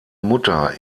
mutter